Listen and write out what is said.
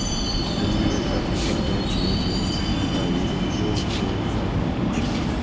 prune एकटा सूखल बेर छियै, जे सामान्यतः यूरोपीय बेर सं भेटै छै